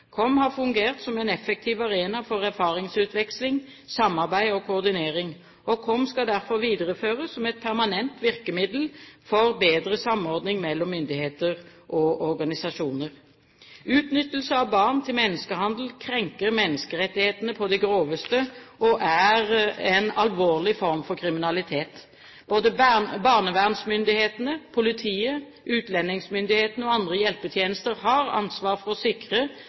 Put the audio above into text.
KOM har fungert som en effektiv arena for erfaringsutveksling, samarbeid og koordinering. KOM skal derfor videreføres som et permanent virkemiddel for bedre samordning mellom myndigheter og organisasjoner. Utnyttelse av barn til menneskehandel krenker menneskerettighetene på det groveste og er en alvorlig form for kriminalitet. Både barnevernsmyndighetene, politiet, utlendingsmyndighetene og andre hjelpetjenester har ansvar for å sikre